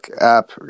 app